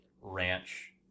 ranch